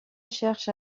cherche